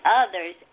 others